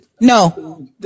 No